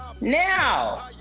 Now